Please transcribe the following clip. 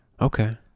Okay